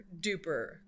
duper